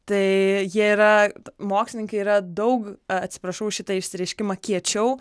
tai jie yra mokslininkai yra daug atsiprašau už šitą išsireiškimą kiečiau